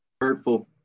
Hurtful